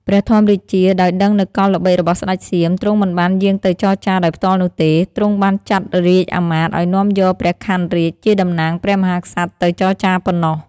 ព្រះធម្មរាជា ដោយដឹងនូវកលល្បិចរបស់ស្ដេចសៀម ទ្រង់មិនបានយាងទៅចរចារដោយផ្ទាល់នោះទេ ទ្រង់បានចាត់រាជ្យអាមាត្យឱ្យនាំយកព្រះខ័នរាជជាតំណាងព្រះមហាក្សត្រទៅចរចារប៉ុនណោះ។